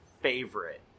favorite